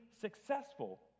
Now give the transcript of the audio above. successful